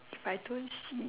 but I don't see it